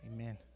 Amen